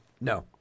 No